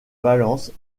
valence